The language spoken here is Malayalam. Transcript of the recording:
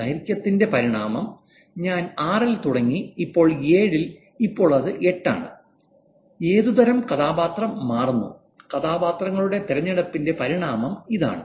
ദൈർഘ്യത്തിന്റെ പരിണാമം ഞാൻ 6 ൽ തുടങ്ങി ഇപ്പോൾ 7 ൽ ഇപ്പോൾ അത് 8 ആണ് ഏതുതരം കഥാപാത്രങ്ങൾ മാറുന്നു കഥാപാത്രങ്ങളുടെ തിരഞ്ഞെടുപ്പിന്റെ പരിണാമം ഇതാണ്